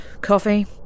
coffee